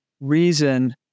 reason